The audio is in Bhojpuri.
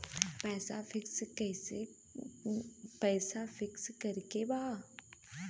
पैसा पिक्स करके बा?